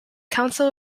council